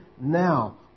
now